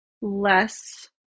less